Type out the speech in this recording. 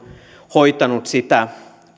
hoitanut sitä